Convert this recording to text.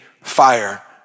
fire